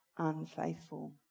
Unfaithful